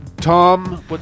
Tom